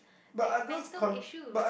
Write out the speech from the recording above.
had mental issues